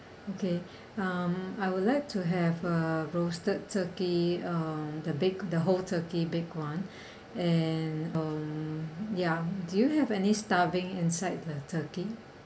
okay um I would like to have a roasted turkey um the big the whole turkey big [one] and um ya do you have any stuffing inside the turkey